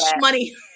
money